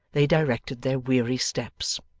they directed their weary steps.